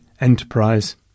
enterprise